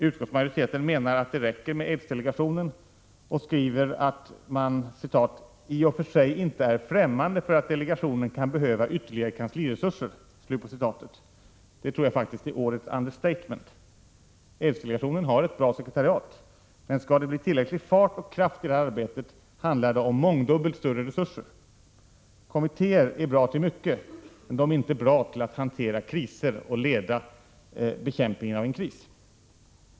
Utskottsmajoriteten menar att det räcker med aidsdelegationen och skriver att man ”i och för sig inte är främmande för att delegationen kan behöva ytterligare kansliresurser”. Det tror jag faktiskt är årets understatement. Aidsdelegationen har ett bra sekretariat, men skall det bli tillräcklig fart och kraft i det här arbetet handlar det om mångdubbelt större resurser. Kommittéer är bra till mycket, men de 139 är inte bra till att hantera kriser och leda bekämpningen av en kris.